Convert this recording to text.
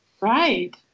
Right